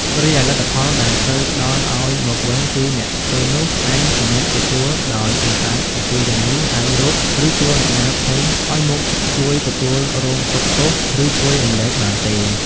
រីឯលទ្ធផលដែលត្រូវផ្តល់ឲ្យមកវិញគឺអ្នកធ្វើនោះឯងជាអ្នកទទួលដោយមិនអាចអំពាវនាវហៅរក ឬជួលអ្នកណាផ្សេងឲ្យមកជួយទទួលរងទុក្ខទោស ឬជួយរំលែកបានទេ ។